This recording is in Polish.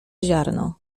ziarno